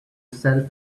sell